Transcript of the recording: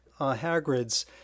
Hagrid's